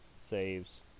saves